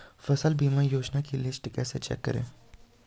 फसल बीमा योजना की लिस्ट कैसे चेक करें?